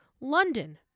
London